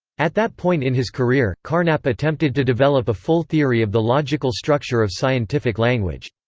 at that point in his career, carnap attempted to develop a full theory of the logical structure of scientific language.